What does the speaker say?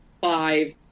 five